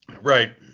right